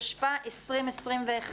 התשפ"א-2021,